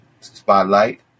Spotlight